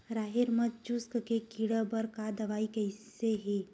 राहेर म चुस्क के कीड़ा बर का दवाई कइसे ही?